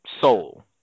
soul